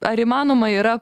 ar įmanoma yra